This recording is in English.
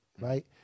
right